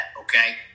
okay